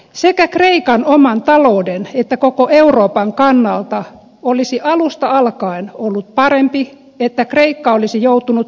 sekä kreikan oman talouden että koko euroopan kannalta olisi alusta alkaen ollut parempi että kreikka olisi joutunut velkajärjestelyyn